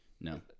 No